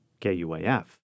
KUAF